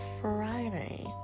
Friday